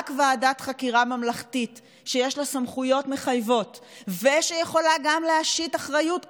רק ועדת חקירה ממלכתית שיש לה סמכויות מחייבות ושיכולה גם להשית אחריות,